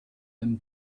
them